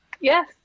Yes